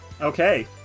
okay